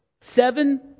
seven